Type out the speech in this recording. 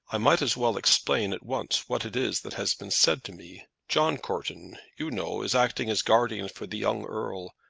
i might as well explain at once what it is that has been said to me. john courton, you know, is acting as guardian for the young earl,